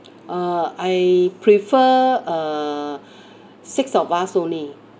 uh I prefer uh six of us only